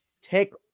Take